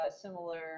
similar